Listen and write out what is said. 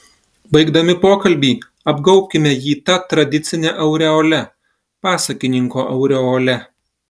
baigdami pokalbį apgaubkime jį ta tradicine aureole pasakininko aureole